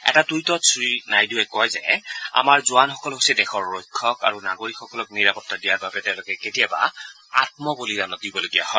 এটা টুইটত শ্ৰীনাইডুৱে কয় যে আমাৰ জোৱানসকল হৈছে দেশৰ ৰক্ষক আৰু নাগৰিকসকলক নিৰাপত্তা দিয়াৰ বাবে তেওঁলোকে কেতিয়াবা আম্ম বলিদানো দিব লগা হয়